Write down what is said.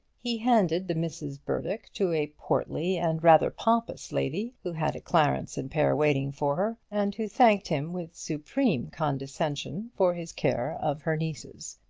he handed the misses burdock to a portly and rather pompous lady, who had a clarence-and-pair waiting for her, and who thanked him with supreme condescension for his care of her nieces.